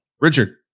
Richard